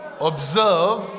observe